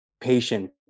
patient